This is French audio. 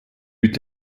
eut